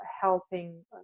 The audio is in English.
helping